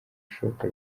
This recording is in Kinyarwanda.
bishoboka